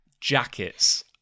jackets